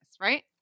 Right